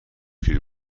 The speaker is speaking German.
viel